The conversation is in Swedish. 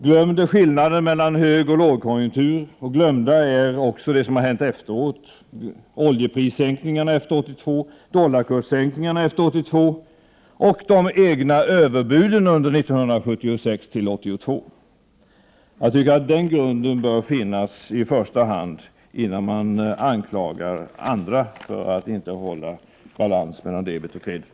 Glömd är skillnaden mellan högoch lågkonjunktur, och glömt är också det som har hänt efteråt: oljeprissänkningarna efter 1982, dollarkurssänkningarna efter 1982. Och glömda är de egna överbuden 1976-1982. Jag tycker att den grunden bör finnas i första hand, innan man anklagar andra för att inte hålla balansen mellan debet och kredit.